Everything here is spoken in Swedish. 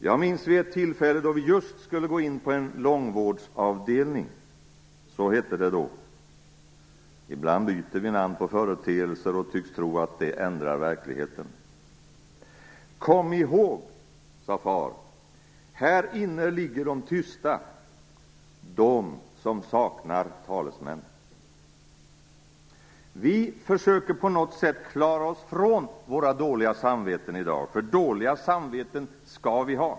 Jag minns ett tillfälle då vi just skulle gå in på en långvårdsavdelning. Så hette det då. Ibland byter vi namn på företeelser och tycks tro att det ändrar verkligheten. Kom ihåg, sade far, att de tysta ligger här inne - de som saknar talesmän. Vi försöker på något sätt klara oss från våra dåliga samveten i dag, för dåliga samveten skall vi ha.